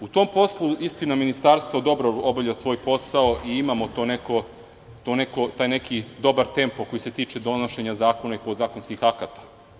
U tom poslu, istina, ministarstvo dobro obavlja svoj posao i imamo dobar tempo koji se tiče donošenje zakona i podzakonskih akata.